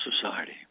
Society